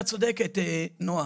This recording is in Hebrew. את צודקת נועה,